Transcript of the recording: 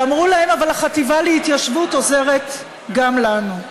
ואמרו להם: אבל החטיבה להתיישבות עוזרת גם לנו.